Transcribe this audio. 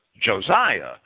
Josiah